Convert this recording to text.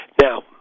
Now